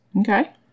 Okay